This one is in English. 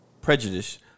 prejudice